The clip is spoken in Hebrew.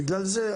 בגלל זה,